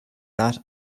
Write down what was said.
that